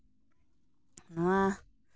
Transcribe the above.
ᱱᱚᱣᱟ